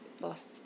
lost